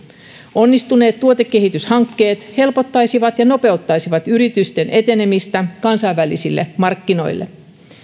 onnistuneet tuotekehityshankkeet helpottaisivat ja nopeuttaisivat yritysten etenemistä kansainvälisille markkinoille